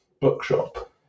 bookshop